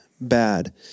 bad